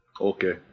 Okay